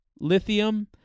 lithium